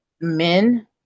men